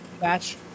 match